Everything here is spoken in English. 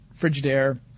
Frigidaire